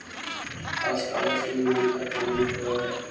आज कागज के निर्माण कारखाना में होवऽ हई